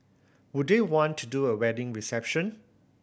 would they want to do a wedding reception